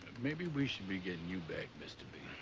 maybe we should be getting you back, mr. b.